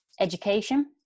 education